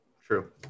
True